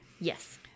yes